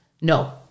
No